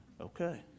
Okay